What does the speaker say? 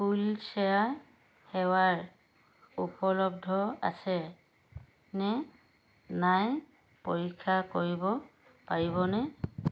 wheel chair সেৱাৰ উপলব্ধ আছেনে নাই পৰীক্ষা কৰিব পাৰিবনে